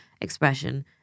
expression